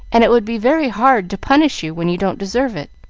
and it would be very hard to punish you when you don't deserve it.